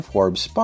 Forbes